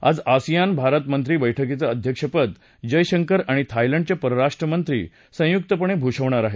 आज आसीयान भारत मंत्री बैठकीचं अध्यक्षपद जयशंकर आणि थायलंडचे परराष्ट्रमंत्री संयुक्तपणे भूषवणार आहेत